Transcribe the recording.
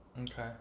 Okay